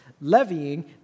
levying